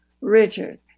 Richard